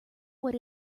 what